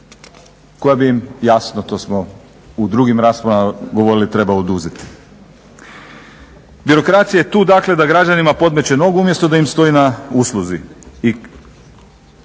koja bi im, jasno to smo u drugim raspravama govorili treba oduzeti. Birokracija je tu dakle da građanima podmeće nogu umjesto da im stoj na usluzi.